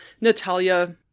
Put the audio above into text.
Natalia